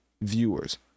viewers